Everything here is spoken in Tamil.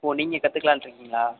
ஓ நீங்கள் கற்றுக்கலான்ருக்கிங்களா